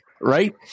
right